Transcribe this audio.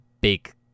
big